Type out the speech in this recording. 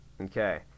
Okay